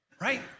Right